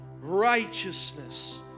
righteousness